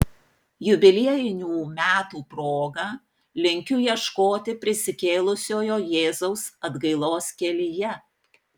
jubiliejinių metų proga linkiu ieškoti prisikėlusiojo jėzaus atgailos kelyje